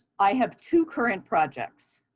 i have two current projects.